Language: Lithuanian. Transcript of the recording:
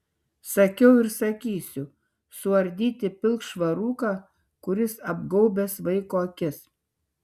sakiau ir sakysiu suardyti pilkšvą rūką kuris apgaubęs vaiko akis